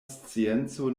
scienco